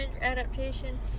Adaptation